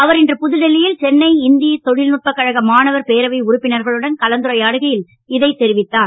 அவர் இன்று புதுடில்லி யில சென்னை இந்திய தொழில்நுட்பக் கழக மாணவர் பேரவை உறுப்பினர்களுடன் கலந்துரையாடுகையில் இதைத் தெரிவித்தார்